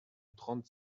trente